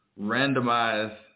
randomize